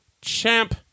champ